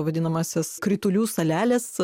vadinamąsias kritulių saleles